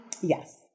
yes